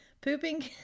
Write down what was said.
Pooping